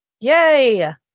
yay